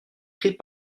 pris